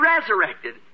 resurrected